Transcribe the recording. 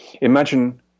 Imagine